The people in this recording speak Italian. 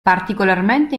particolarmente